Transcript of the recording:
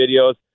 videos